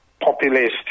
populist